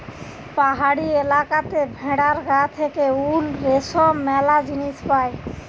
পাহাড়ি এলাকাতে ভেড়ার গা থেকে উল, রেশম ম্যালা জিনিস পায়